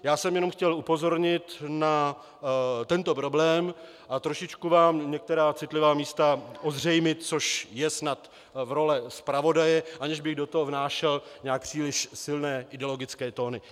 Já jsem jenom chtěl upozornit na tento problém a trošičku vám některá citlivá místa ozřejmit, což je snad role zpravodaje, aniž bych do toho vnášel nějak příliš silné ideologické tóny.